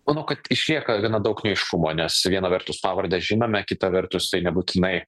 manau kad išlieka gana daug neaiškumo nes viena vertus pavardes žinome kita vertus tai nebūtinai